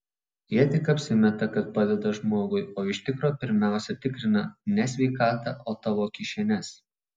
jie tik apsimeta kad padeda žmogui o iš tikro pirmiausia tikrina ne sveikatą o tavo kišenes